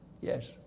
Yes